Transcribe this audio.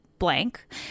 blank